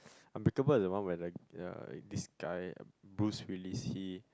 unbreakable is the one where the uh this guy uh Bruce-Willis he